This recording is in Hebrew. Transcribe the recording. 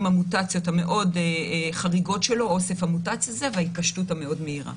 המוטציות המאוד חריגות שלו וההתפשטות המאוד מהירה.